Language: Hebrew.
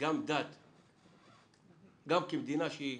גם כמדינה שהיא